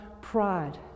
pride